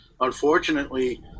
unfortunately